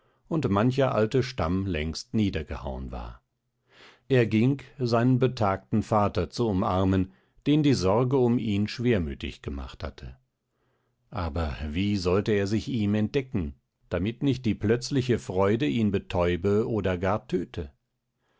und mancher alte stamm langst niedergehauen war er ging seinen betagten vater zu umarmen den die sorge um ihn schwermütig gemacht hatte aber wie sollte er sich ihm entdecken damit nicht die plötzliche freude ihn betäube oder gar töte